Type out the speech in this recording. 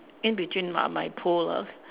in between my my pole ah